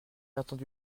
attendu